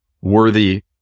worthy